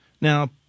Now